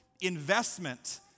investment